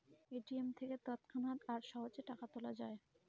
ATM থেকে তৎক্ষণাৎ আর সহজে টাকা তোলা যায়